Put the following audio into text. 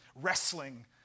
wrestling